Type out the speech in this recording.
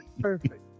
Perfect